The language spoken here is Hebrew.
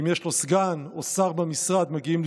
אם יש לו סגן או שר במשרד, מגיעים.